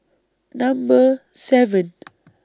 Number seven